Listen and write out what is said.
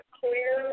clear